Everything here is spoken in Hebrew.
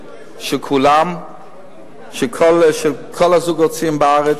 של כל הזוגות הצעירים בארץ,